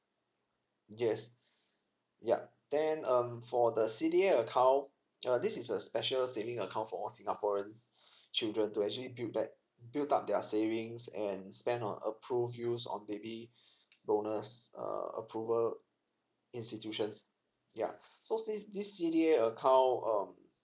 yes ya then um for the C_D_A account uh this is a special savings account for singaporeans children to actually build that build up their savings and spend on approved use on baby bonus uh approval institutions yea so says this C_D_A account um